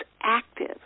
active